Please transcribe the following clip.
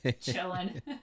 chilling